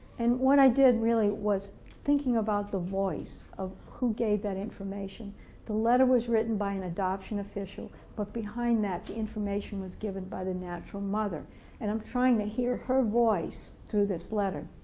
and what i did really was thinking about the voice of who gave that information the letter was written by an adoption official but behind that the information was given by the natural mother and i'm trying to hear her voice through this letter.